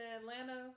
Atlanta